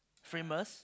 famous